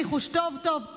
ניחוש טוב טוב טוב,